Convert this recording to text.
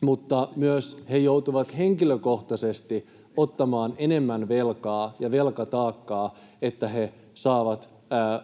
mutta he myös joutuvat henkilökohtaisesti ottamaan enemmän velkaa ja velkataakkaa, jotta he saavat